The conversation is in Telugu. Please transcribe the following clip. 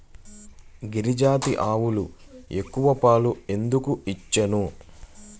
గిరిజాతి ఆవులు ఎక్కువ పాలు ఎందుకు ఇచ్చును?